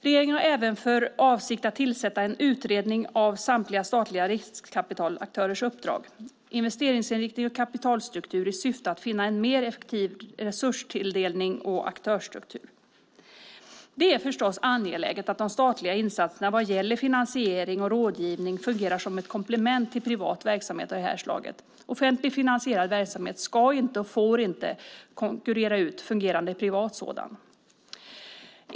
Regeringen har även för avsikt att tillsätta en utredning om samtliga statliga riskkapitalaktörers uppdrag, investeringsinriktning och kapitalstruktur i syfte att finna en mer effektiv resurstilldelning och aktörsstruktur. Det är förstås angeläget att de statliga insatserna vad gäller finansiering och rådgivning fungerar som ett komplement till privat verksamhet av detta slag. Offentligt finansierad verksamhet ska inte och får inte konkurrera ut fungerande privat sådan.